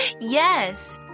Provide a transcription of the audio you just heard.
Yes